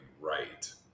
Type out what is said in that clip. right